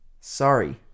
Sorry